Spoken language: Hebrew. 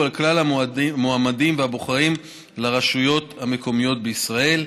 על כלל המועמדים והבוחרים לרשויות המקומיות בישראל.